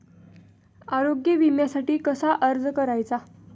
आरोग्य विम्यासाठी कसा अर्ज करायचा?